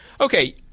okay